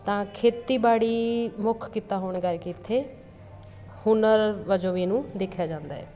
ਤਾਂ ਖੇਤੀਬਾੜੀ ਮੁੱਖ ਕਿੱਤਾ ਹੋਣ ਕਰਕੇ ਇੱਥੇ ਹੁਨਰ ਵਜੋਂ ਵੀ ਇਹਨੂੰ ਦੇਖਿਆ ਜਾਂਦਾ ਹੈ